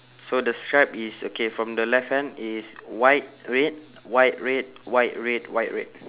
so the stripe is okay from the left hand it's white red white red white red white red